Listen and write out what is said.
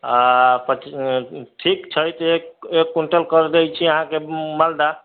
आ ठीक छै तऽ एक एक क्विंटल कर दै छी अहाँके मालदह